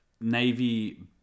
navy